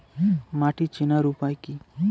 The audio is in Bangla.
মাটি চেনার উপায় কি?